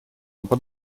под